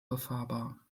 befahrbar